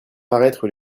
paraître